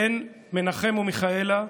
בן מנחם ומיכאלה,